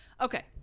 Okay